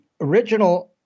original